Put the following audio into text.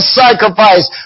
sacrifice